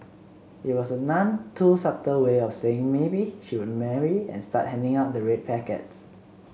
it was a none too subtle way of saying maybe she would marry and start handing out the red packets